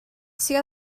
sydd